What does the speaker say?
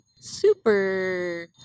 super